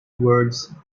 words